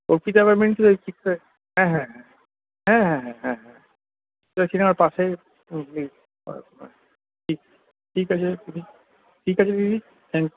Arpita apartment ওই হ্যাঁ হ্যাঁ হ্যাঁ হ্যাঁ হ্যাঁ হ্যাঁ হ্যাঁ হ্যাঁ সিনেমার পাশে ঠিক আছে ঠিক আছে দিদি ঠিক আছে দিদি থ্যাঙ্ক ইউ